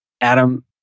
Adam